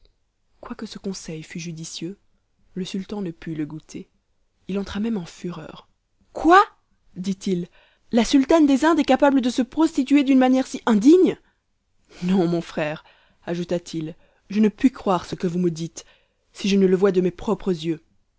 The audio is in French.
quoique ce conseil fût judicieux le sultan ne put le goûter il entra même en fureur quoi dit-il la sultane des indes est capable de se prostituer d'une manière si indigne non mon frère ajouta-t-il je ne puis croire ce que vous me dites si je ne le vois de mes propres yeux